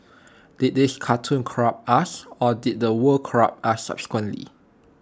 did these cartoons corrupt us or did the world corrupt us subsequently